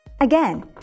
Again